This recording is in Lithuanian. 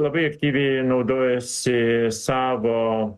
labai aktyviai naudojasi savo